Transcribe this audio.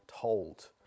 told